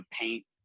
paint